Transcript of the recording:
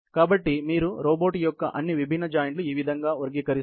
కాబట్టి మీరు రోబోట్ యొక్క అన్ని విభిన్నజాయింట్లు ఈ విధంగా వర్గీకరిస్తారు